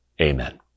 Amen